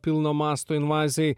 pilno masto invazijai